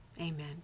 Amen